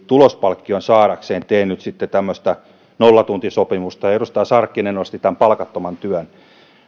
tulospalkkion saadakseen tee nyt sitten tämmöistä nollatuntisopimusta ja edustaja sarkkinen nosti tämän palkattoman työn